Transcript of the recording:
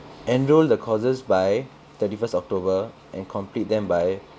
enroll the courses by thirty first october and complete them by